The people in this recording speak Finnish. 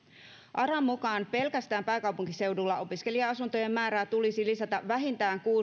aran mukaan pelkästään pääkaupunkiseudulla opiskelija asuntojen määrää tulisi lisätä vähintään